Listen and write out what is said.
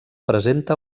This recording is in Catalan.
presenta